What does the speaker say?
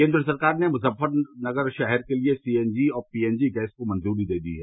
केन्द्र सरकार ने मुजफ्फरनगर शहर के लिए सीएनजी और पीएनजी गैस को मंजूरी दे दी है